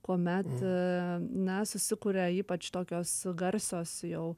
kuomet na susikuria ypač tokios garsios jau